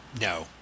No